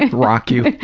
and rock you.